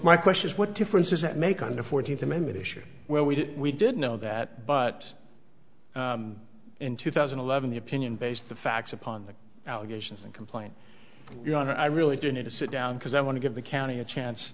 my question is what difference does that make on the fourteenth amendment issue where we didn't we didn't know that but in two thousand and eleven the opinion based the facts upon the allegations and complaint you know i really do need to sit down because i want to give the county a chance